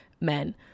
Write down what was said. men